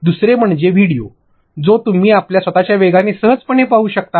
दुसरे म्हणजे व्हिडिओ जो तुम्ही आपल्या स्वतच्या वेगाने सहजपणे पाहू शकता